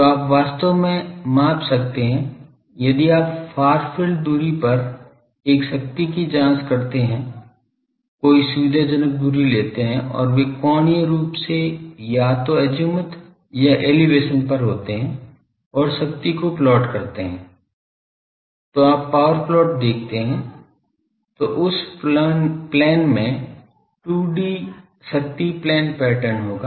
तो आप वास्तव में माप सकते हैं यदि आप फार फील्ड दूरी पर एक शक्ति की जांच करते हैं कोई सुविधाजनक दूरी लेते हैं और वे कोणीय रूप से या तो अज़ीमुथ या एलिवेशन पर होते हैं और शक्ति को प्लॉट करते हैं तो आप पावर प्लॉट देखते हैं वो उस प्लेन में 2D शक्ति प्लेन पैटर्न होगा